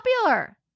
popular